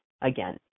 again